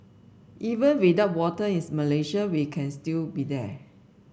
even without winter in Malaysia we can still be there